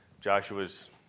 Joshua's